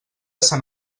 sant